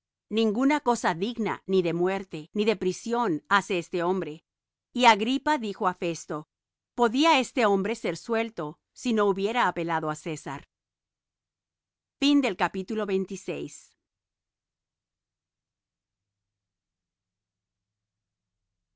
ninguna cosa digna ni de muerte ni de prisión hace este hombre y agripa dijo á festo podía este hombre ser suelto si no hubiera apelado á césar